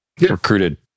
recruited